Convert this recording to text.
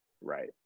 Right